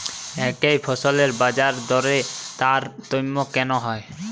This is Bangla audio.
একই ফসলের বাজারদরে তারতম্য কেন হয়?